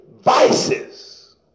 vices